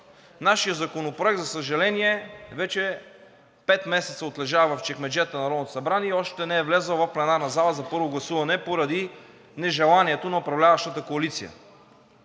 Нашият законопроект, за съжаление, вече пет месеца отлежава в чекмеджетата на Народното събрание и още не е влязъл в пленарната зала за първо гласуване поради нежеланието на управляващата коалиция.